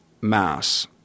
mass